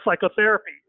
psychotherapy